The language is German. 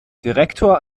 direktor